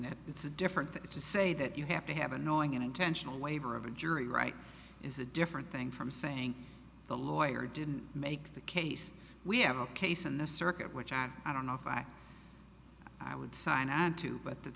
that it's a different thing to say that you have to have annoying and intentional waiver of a jury right is a different thing from saying the lawyer didn't make the case we have a case in the circuit which are i don't know if i i would sign on to but that